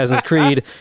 Creed